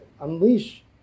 unleash